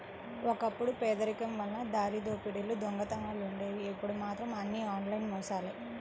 ఒకప్పుడు పేదరికం వల్ల దారిదోపిడీ దొంగతనాలుండేవి ఇప్పుడు మాత్రం అన్నీ ఆన్లైన్ మోసాలే